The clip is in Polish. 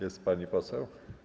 Jest pani poseł?